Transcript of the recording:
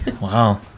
Wow